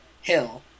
hill